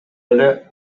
эле